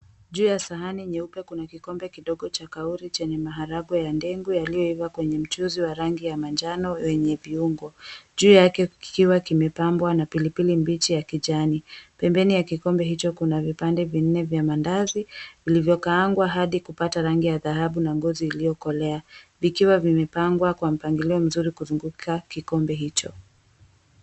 Juu ya sahani nyeupe kuna kikombe kidogo cha kauri chenye maharagwe ya dengu yaliyoiva kwenye mchuzi wa rangi ya manjano wenye viungo. Juu yake kikiwa kimepambwa na pilipili mbichi ya kijani. Pembeni ya kikombe hicho kuna vipande vinne vya maandazi vilivyokaangwa hadi kupata rangi ya dhahabu na ngozi iliyokolea, vikiwa vimepangwa kwa mpangilio mzuri kuzunguka kikombe hicho.